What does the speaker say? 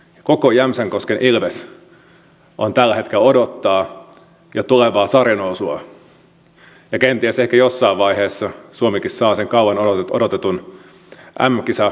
koko jämsänkosken ilves tällä hetkellä odottaa jo tulevaa sarjanousua ja kenties ehkä jossain vaiheessa suomikin saa sen kauan odotetun mm kisapaikankin